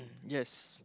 mm yes